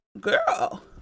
girl